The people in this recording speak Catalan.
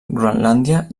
groenlàndia